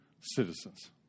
citizens